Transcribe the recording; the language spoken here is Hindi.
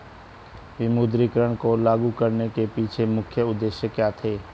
विमुद्रीकरण को लागू करने के पीछे मुख्य उद्देश्य क्या थे?